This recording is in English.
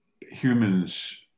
humans